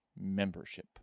membership